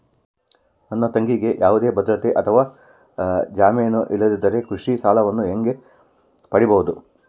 ನನ್ನ ತಂಗಿಗೆ ಯಾವುದೇ ಭದ್ರತೆ ಅಥವಾ ಜಾಮೇನು ಇಲ್ಲದಿದ್ದರೆ ಕೃಷಿ ಸಾಲವನ್ನು ಹೆಂಗ ಪಡಿಬಹುದು?